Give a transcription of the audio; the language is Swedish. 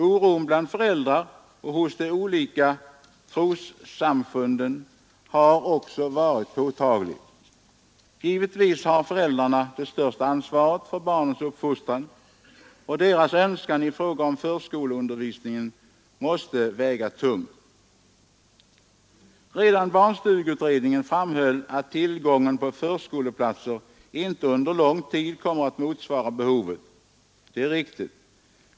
Oron bland föräldrar och hos de olika trossamfunden har också varit påtaglig. Givetvis har föräldrarna det största ansvaret för barnens uppfostran, och deras önskan i fråga om förskoleundervisningen måste väga tungt. Redan barnstugeutredningen framhöll att tillgången på förskoleplatser inte under lång tid kommer att motsvara behovet. Det är riktigt.